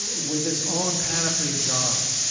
with its own panoply of gods.